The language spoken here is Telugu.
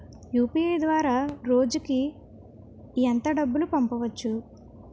యు.పి.ఐ ద్వారా రోజుకి ఎంత డబ్బు పంపవచ్చు?